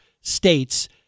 states